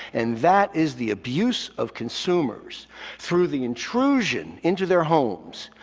and that is the abuse of consumers through the intrusion into their homes,